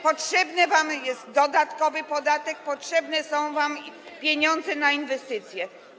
Potrzebny wam jest dodatkowy podatek, potrzebne są wam pieniądze na inwestycje.